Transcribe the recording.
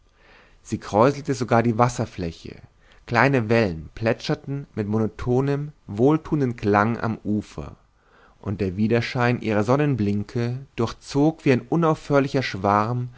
sie kräuselte sogar die wasserfläche kleine wellen plätscherten mit monotonem wohltuendem klang am ufer und der widerschein ihrer sonnenblinke durchzog wie ein unaufhörlicher schwarm